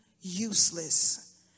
useless